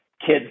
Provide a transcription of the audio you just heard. kids